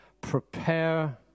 Prepare